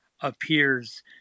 appears